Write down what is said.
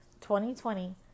2020